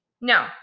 no